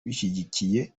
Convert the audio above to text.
bashyigikiye